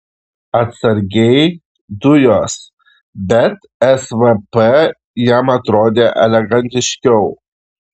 atsargiai dujos bet svp jam atrodė elegantiškiau